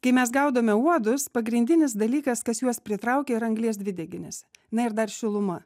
kai mes gaudome uodus pagrindinis dalykas kas juos pritraukia yra anglies dvideginis na ir dar šiluma